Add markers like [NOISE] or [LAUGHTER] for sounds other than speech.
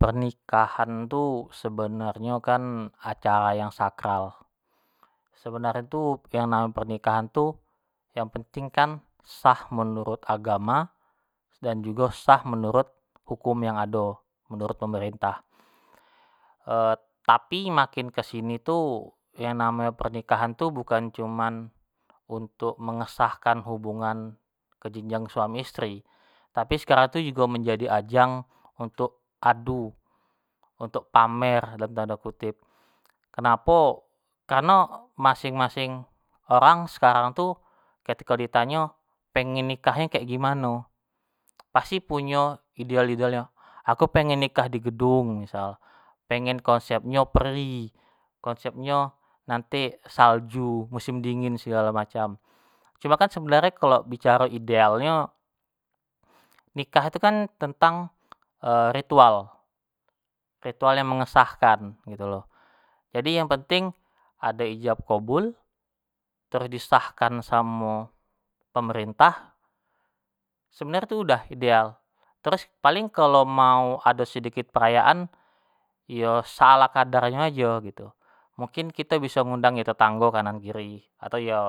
pernikahan tu sebenarnyo kan acara yang sacral, sebanrnyo tu yang namonyo pernikahan tu yang penting kan sah menurut agama dan jugo sah menurut hukum yang ado menurut pemerintah [HESITATION] tapi makin kesini tu yang namonyo pernikahan tu bukan cuman untuk mengesahkan hubungan kejenjang suami isteri. tapi ekarang tu jugo menjadi ajang untuk adu untuk pamer dalam tanda kutip, kenapo? Kareno masing-masing orang sekarang tu ketiko ditanyo pengen nikah nyo yang kek gimano? Pasti punyo ideal-idealnyo, aku pengen nikah di gedung misal, pengen konsep nyo peri, konsepnyo nanti salju musim dingin segalo macam, cuman kan sebanrnyo kalau bicaro idealnyo nikah tu kan tentang [HESITATION] ritual, ritual yang mengesahkan gitu lo, jadi yang penting ado ijab kobul, terus disahkan samo pemerintah, sebenarnyo tu udah ideal, terus paling kalau mau ado sedikit peraayaan iyo se ala kadarnyo sajo gitu, mungkin kito bisa ngundang yo tetanggo yo kanan kiri. atau yo